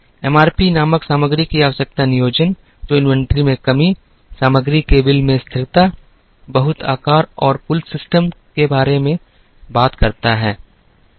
MRP नामक सामग्री की आवश्यकता नियोजन जो इन्वेंट्री में कमी सामग्री के बिल में स्थिरता बहुत आकार और पुल सिस्टम के बारे में बात करता है